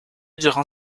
durant